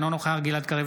אינו נוכח גלעד קריב,